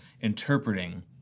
interpreting